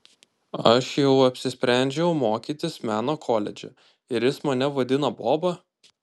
aš jau apsisprendžiau mokytis meno koledže ir jis mane vadina boba